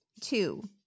two